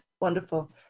Wonderful